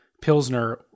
pilsner